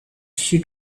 she